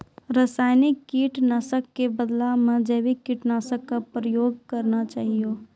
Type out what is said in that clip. रासायनिक कीट नाशक कॅ बदला मॅ जैविक कीटनाशक कॅ प्रयोग करना चाहियो